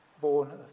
born